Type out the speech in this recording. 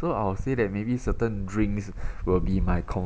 so I will say that maybe certain drinks will be my